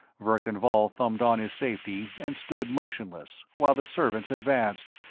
verkan vall thumbed on his safety and stood motionless, while the servants advanced,